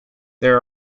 there